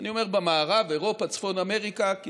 אני אומר במערב, אירופה, צפון אמריקה, כי